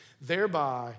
thereby